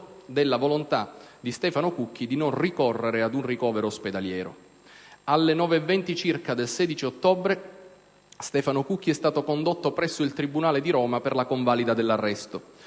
della volontà di Stefano Cucchi di non ricorrere ad un ricovero ospedaliero. Alle ore 9,20 circa del 16 ottobre, Stefano Cucchi è stato condotto presso il tribunale di Roma per la convalida dell'arresto.